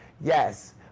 Yes